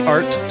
Art